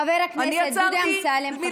חבר הכנסת דודי אמסלם, חבר הכנסת מולא, בבקשה.